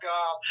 God